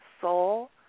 soul